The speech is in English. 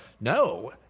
No